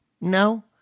No